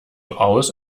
aus